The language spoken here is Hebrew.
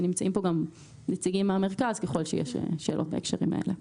נמצאים כאן גם נציגים מהמרכז ככל שיש שאלות בהקשרים האלה.